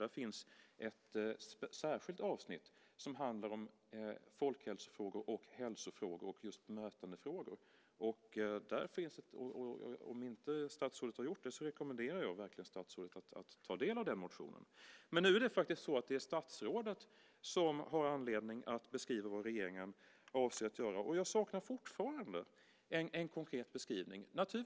Där finns ett särskilt avsnitt som handlar om folkhälsofrågor, hälsofrågor och just bemötandefrågor. Om statsrådet inte har gjort det rekommenderar jag honom verkligen att ta del av den motionen. Nu är det statsrådet som har anledning att beskriva vad regeringen avser att göra. Jag saknar fortfarande en konkret beskrivning.